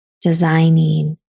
designing